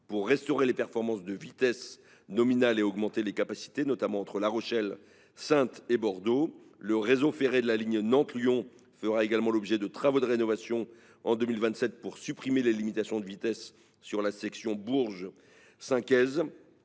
pour restaurer les performances de vitesse nominale et augmenter les capacités, notamment sur La Rochelle Saintes Bordeaux. Le réseau ferré de la ligne Nantes Lyon fera également l’objet de travaux de rénovation en 2027 pour supprimer les limitations de vitesse, notamment sur la section Bourges Saincaize.